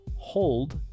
hold